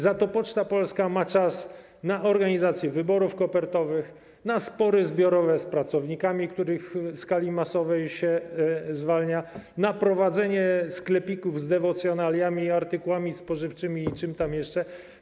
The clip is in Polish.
Za to Poczta Polska ma czas na organizację wyborów kopertowych, na spory zbiorowe z pracownikami, których w skali masowej się zwalnia, na prowadzenie sklepików z dewocjonaliami i artykułami spożywczymi, i czym tam jeszcze.